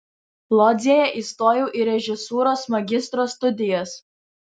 lodzėje įstojau į režisūros magistro studijas